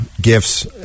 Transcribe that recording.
gifts